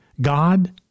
God